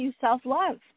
self-love